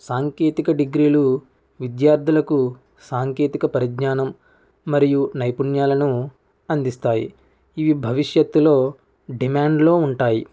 సాంకేతిక డిగ్రీలు విద్యార్థులకు సాంకేతిక పరిజ్ఞానం మరియు నైపుణ్యాలను అందిస్తాయి ఇవి భవిష్యత్తులో డిమాండ్లో ఉంటాయి